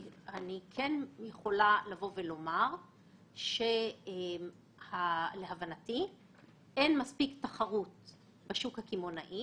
אני רוצה לשאול שאלות בקשר לרמת התחרות בשוק האשראי